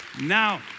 now